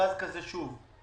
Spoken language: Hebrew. מכרז כזה שוב.